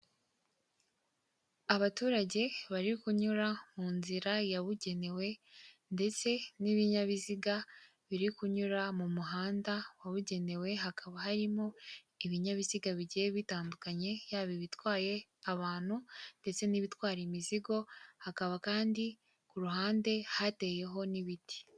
Abaturage bari kunyura mu nzira yabugenewe ndetse n'ibinyabiziga biri kunyura mu muhanda wabugenewe, hakaba harimo ibinyabiziga bigiye bitandukanye yaba ibitwaye abantu ndetse n'ibitwara imizigo, hakaba kandi ku ruhande hateyeho n'ibiti.